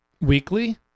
weekly